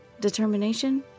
Determination